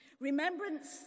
Remembrance